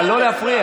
אבל לא להפריע.